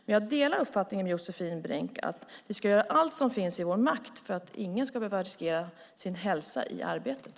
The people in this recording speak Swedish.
Men jag delar Josefin Brinks uppfattning att vi ska göra allt som står i vår makt för att ingen ska behöva riskera sin hälsa i arbetet.